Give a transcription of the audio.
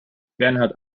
bernhard